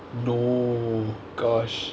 no gosh